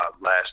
last